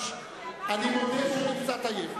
אני מודה שאני קצת עייף.